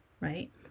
right